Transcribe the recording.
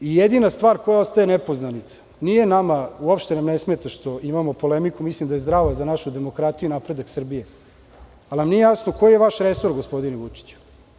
Jedina stvar koja ostaje nepoznanica, uopšte nam ne smeta što imamo polemiku, mislim da je zdrava za našu demokratiju i napredak Srbije, ali nam nije jasno koji je vaš resor gospodine Vučiću.